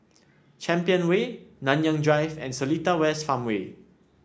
Champion Way Nanyang Drive and Seletar West Farmway